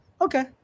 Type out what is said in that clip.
okay